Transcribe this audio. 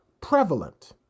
prevalent